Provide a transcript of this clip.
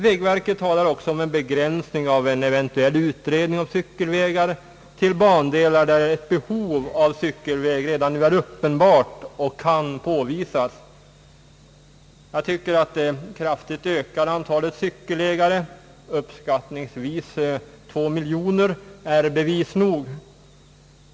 Vägverket talar också om en begränsning av en eventuell utredning om cykelvägar till att avse bandelar där ett behov av cykelväg redan nu är uppenbart och kan påvisas. Jag tycker att det kraftigt ökade antalet cykelägare, uppskattningsvis två miljoner, är bevis nog.